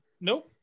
Nope